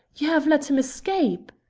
you have let him escape!